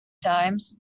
times